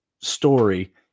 story